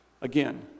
Again